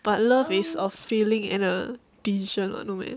but love is of feeling and err decision what no meh